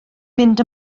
mynd